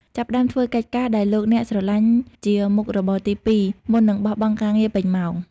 ចាប់ផ្តើមធ្វើកិច្ចការដែលលោកអ្នកស្រលាញ់ជា "មុខរបរទីពីរ" មុននឹងបោះបង់ការងារពេញម៉ោង។